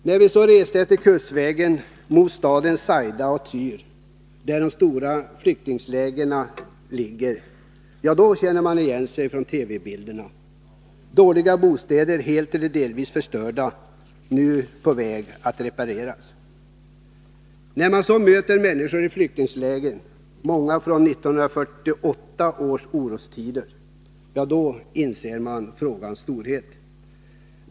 När vi så reste efter kustvägen — mot städerna Saida och Tyr — där de stora flyktinglägren ligger — ja, då känner man igen sig från TV-bilderna. Det är dåliga bostäder, helt eller delvis förstörda, nu på väg att repareras. När man så möter människor i flyktinglägren — många från 1948 års orostider — då inser man frågans storhet.